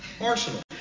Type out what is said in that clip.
arsenal